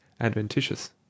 adventitious